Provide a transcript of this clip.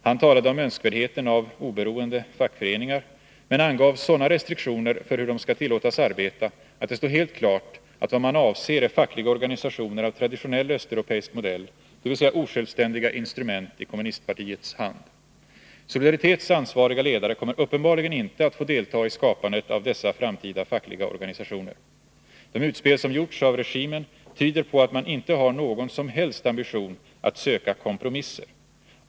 Han talade om önskvärdheten av ”oberoende” fackföreningar men angav sådana restriktioner för hur de skall tillåtas arbeta, att det står helt klart att vad man avser är fackliga organisationer av traditionell östeuropeisk modell — dvs. osjälvständiga instrument i kommunistpartiets hand. Solidaritets ansvariga ledare kommer uppenbarligen inte att få delta i skapandet av dessa framtida fackliga organisationer. De utspel som gjorts av regimen tyder på att man inte har någon som helst ambition att söka kompromisser.